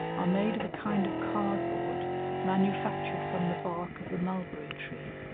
are made of a kind of card-board manufactured from the bark of the mulberry-tree.